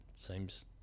seems